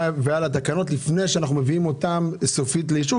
ועל התקנות לפני שאנחנו מביאים אותם סופית לאישור,